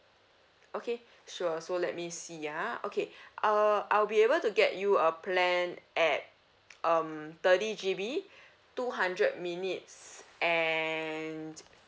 okay sure so let me see ya okay uh I'll be able to get you a plan at um thirty G_B two hundred minutes and